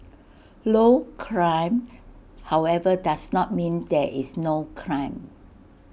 low crime however does not mean that is no crime